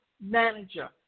manager